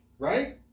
Right